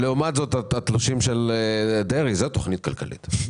לעומת זאת, התלושים של דרעי, זאת תכנית כלכלית.